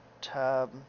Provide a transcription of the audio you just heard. tab